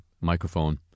microphone